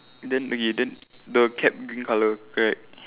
then okay then the cap green colour right